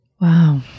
Wow